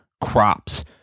crops